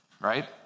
right